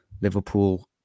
Liverpool